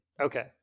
okay